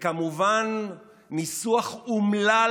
וזה כמובן ניסוח אומלל,